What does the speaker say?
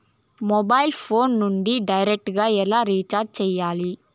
mobile phone నుండి direct గా ఎలా రీచార్జి సేయాలి